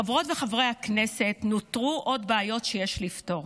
חברות וחברי הכנסת, נותרו עוד בעיות שיש לפתור: